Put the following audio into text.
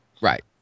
Right